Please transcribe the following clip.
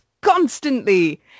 constantly